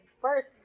first